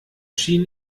schien